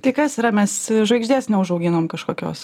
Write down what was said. tai kas yra mes žvaigždės neužauginom kažkokios